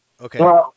okay